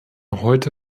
heute